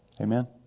Amen